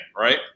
Right